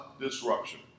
disruption